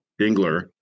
dingler